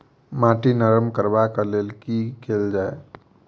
माटि नरम करबाक लेल की केल जाय?